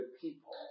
people